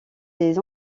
des